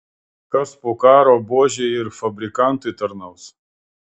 kas po karo buožei ir fabrikantui tarnaus